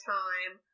time